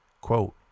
Quote